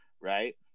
right